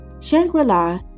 Shangri-La